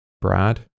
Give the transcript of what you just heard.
Brad